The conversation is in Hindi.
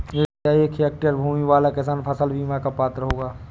क्या एक हेक्टेयर भूमि वाला किसान फसल बीमा का पात्र होगा?